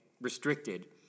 restricted